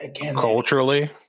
Culturally